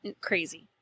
crazy